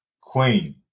Queen